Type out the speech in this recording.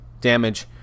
damage